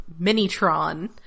Minitron